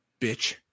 bitch